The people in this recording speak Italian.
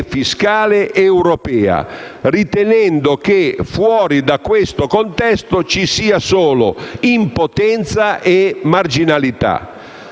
fiscale europea, ritenendo che, fuori da questo contesto, ci siano solo impotenza e marginalità.